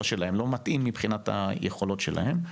שלהם ולא מתאים מבחינת היכולות שלהם.